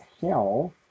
Hell